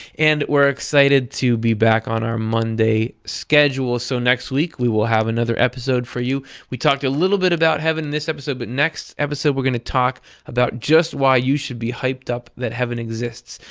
and we're excited to be back on our monday schedule. so next week we will have another episode for you. we talked a little bit about heaven in this episode, but next episode we're going to talk about just why you should be hyped up that heaven exists.